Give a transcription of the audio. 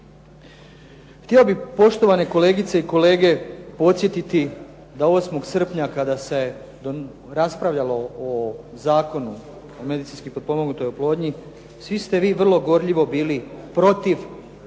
Htio bih kolegice i kolege podsjetiti da 8. srpnja kada se raspravljalo o Zakonu o medicinski potpomognutoj oplodnji svi ste vi gorljivo bili protiv